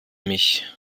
mich